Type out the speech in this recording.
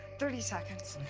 thirty seconds.